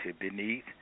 beneath